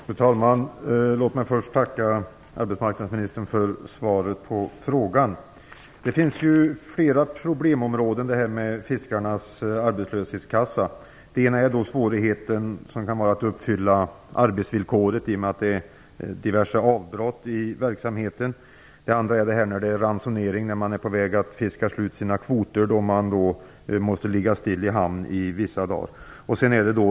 Fru talman! Låt mig först tacka arbetsmarknadsministern för svaret på frågan. Sveriges fiskares arbetslöshetskassa berörs av flera problemområden. Ett av dem gäller de svårigheter som man kan ha att uppfylla arbetsvillkoret därför att det förekommer diverse avbrott i verksamheten. Ett annat berör lägen med ransonering. När fiskekvoterna håller på att bli uttagna måste fartygen vissa dagar ligga i hamn.